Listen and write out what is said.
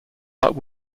but